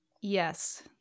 Yes